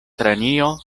kranio